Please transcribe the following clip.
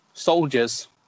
Soldiers